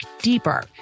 deeper